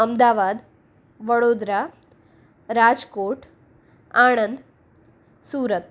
Ahmedabad Vadodara Rajkot Anand Surat